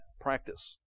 practice